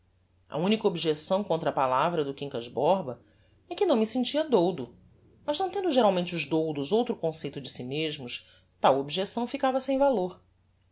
a unica objecção contra a palavra do quincas borba é que não me sentia doudo mas não tendo geralmente os doudos outro conceito de si mesmos tal objecção ficava sem valor